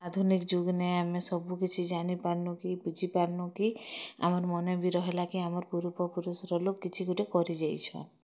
ଆଧୁନିକ୍ ଯୁଗ୍ନେ ଆମେ ସବୁ କିଛି ଜାନି ପାର୍ନୁ କି ବୁଝି ପାର୍ନୁ କି ଆମର୍ ମନେ ବି ରହେଲା କି ଆମର୍ ପୂର୍ବ ପୁରୁଷ୍ର ଲୋକ୍ କିଛି ଗୁଟେ କରି ଯାଇଛନ୍